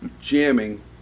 jamming